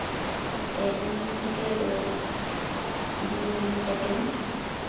ᱮᱠ ᱢᱤᱱᱤᱴ ᱛᱷᱮᱠᱮ ᱳᱭ ᱫᱩ ᱛᱤᱱ ᱥᱮᱠᱮᱱᱰ